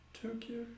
Tokyo